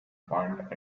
point